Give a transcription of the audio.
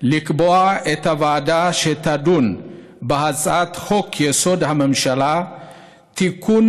לקבוע את הוועדה שתדון בהצעת חוק-יסוד: הממשלה (תיקון,